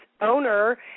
owner